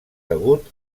degut